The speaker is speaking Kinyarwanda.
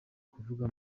kuvuga